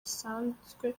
usanzwe